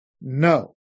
No